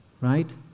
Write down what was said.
Right